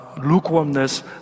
lukewarmness